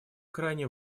крайне